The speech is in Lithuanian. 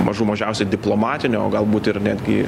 mažų mažiausiai diplomatinio o galbūt ir net gi